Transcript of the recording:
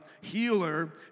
healer